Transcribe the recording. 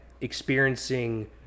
experiencing